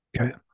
Okay